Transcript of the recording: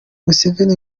museveni